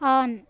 on